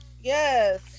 Yes